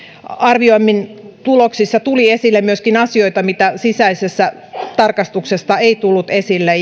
arvioinnin tuloksissa tuli esille myöskin asioita mitä sisäisessä tarkastuksessa ei tullut esille